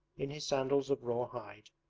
in his sandals of raw hide,